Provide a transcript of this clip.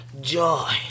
Joy